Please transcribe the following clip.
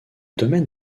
domaine